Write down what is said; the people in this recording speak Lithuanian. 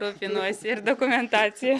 rūpinuosi ir dokumentacija